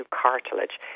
cartilage